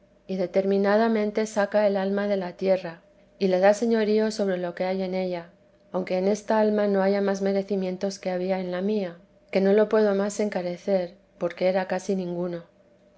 y determinadamente saca el alma de la tierra y le da señorío sobre lo que hay en ella aunque en esta alma no haya más merecimientos que había en la mía que no lo puedo más encarecer porque era casi ninguno